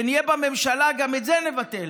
כשנהיה בממשלה גם את זה נבטל,